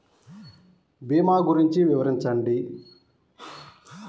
భీమా గురించి వివరించండి?